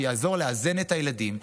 שיעזור לאזן את הילדים,